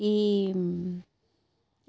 एह्